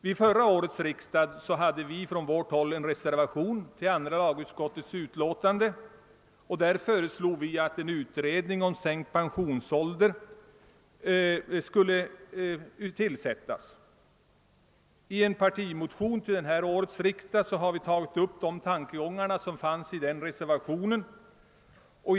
Vid förra årets riksdag hade vi en reservation fogad till andra lagutskottets utlåtande, vari vi föreslog att en utredning om sänkt pensionsålder skulle tillsättas. I en partimotion till detta års riksdag har vi tagit upp tankegångarna i den reservationen.